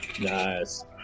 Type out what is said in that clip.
Nice